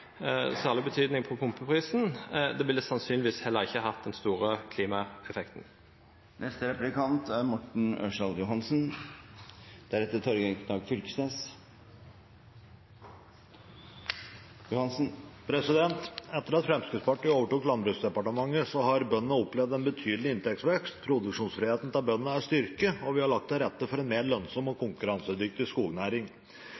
særleg betydning for pumpeprisen. Det ville sannsynlegvis heller ikkje hatt den store klimaeffekten. Etter at Fremskrittspartiet overtok Landbruksdepartementet, har bøndene opplevd en betydelig inntektsvekst. Produksjonsfriheten til bøndene er styrket, og vi har lagt til rette for en mer lønnsom og